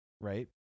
right